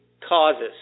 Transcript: causes